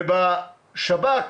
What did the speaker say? בשב"כ,